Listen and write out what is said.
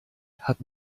hat